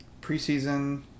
Preseason